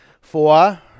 Four